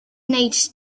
nate